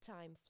time